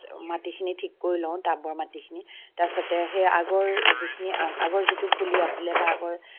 মাটিখিনি ঠিক কৰি লওঁ টাবৰ মাটিখিনি তাৰপাছতে সেই আগৰ যিখিনি আগৰ যিটো পুলি আছিলে বা আগৰ